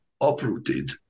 uprooted